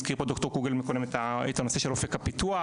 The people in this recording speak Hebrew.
הזכיר פה ד"ר קוגל מקודם את הנושא של אופק הפיתוח,